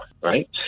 right